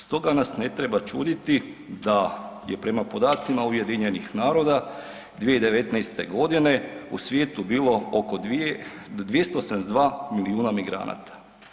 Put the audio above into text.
Stoga nas ne treba čuditi da je prema podacima UN-a 2019. g. u svijetu bilo oko 272 milijuna migranata.